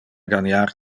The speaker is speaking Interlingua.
ganiar